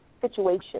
situation